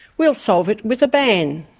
we'll solve it with a ban!